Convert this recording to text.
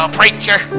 preacher